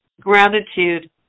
gratitude